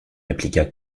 répliqua